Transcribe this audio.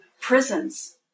prisons